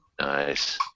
Nice